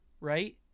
Right